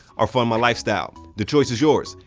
or fund my lifestyle. the choice is yours.